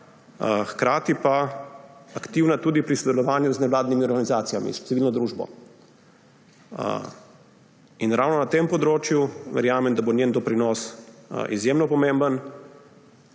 hkrati pa aktivna tudi pri sodelovanju z nevladnimi organizacijami, s civilno družbo. In ravno na tem področju, verjamem, da bo njen doprinos izjemno pomemben,